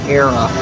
era